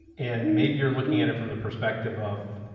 and maybe you're looking at it from the perspective of,